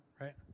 right